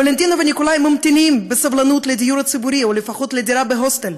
ולנטינה וניקולאי ממתינים בסבלנות לדיור ציבורי או לפחות לדירה בהוסטל.